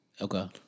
Okay